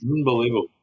Unbelievable